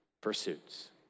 pursuits